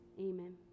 amen